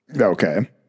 okay